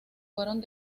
fueron